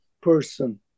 person